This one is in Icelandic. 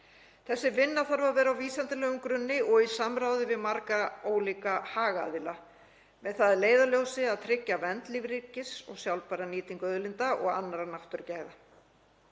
Þessi vinna þarf að vera á vísindalegum grunni og í samráði við marga ólíka haghafa, með það að leiðarljósi að tryggja vernd lífríkis og sjálfbæra nýtingu auðlinda og annarra náttúrugæða.